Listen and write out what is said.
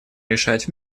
решать